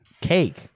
cake